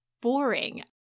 boring